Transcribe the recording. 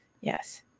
Yes